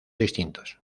distintos